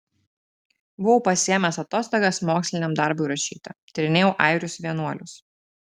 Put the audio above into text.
buvau pasiėmęs atostogas moksliniam darbui rašyti tyrinėjau airius vienuolius